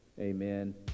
amen